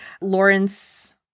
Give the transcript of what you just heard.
Lawrence